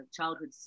childhood